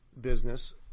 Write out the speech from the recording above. business